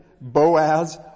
Boaz